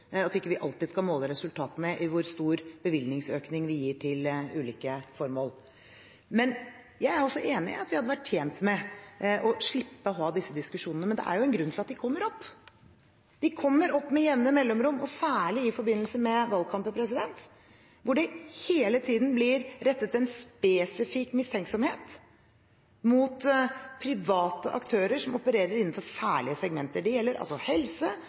vi bruker, og at vi ikke alltid skal måle resultatene ut fra hvor stor bevilgningsøkning vi gir til ulike formål. Jeg er også enig i at vi hadde vært tjent med å slippe å ha disse diskusjonene, men det er jo en grunn til at de kommer opp. De kommer opp med jevne mellomrom og særlig i forbindelse med valgkamper, hvor det hele tiden blir rettet en spesifikk mistenksomhet mot private aktører som opererer innenfor særlige segmenter. Det gjelder helse,